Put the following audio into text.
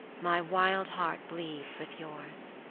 my wild heart bleeds with yours.